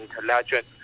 intelligent